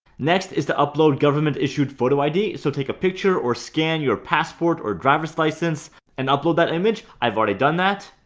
next is the upload government issued photo id so take a picture or scan your passport or driver's license and upload that image i've already done that